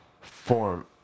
form